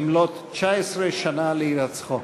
במלאות 19 שנה להירצחו.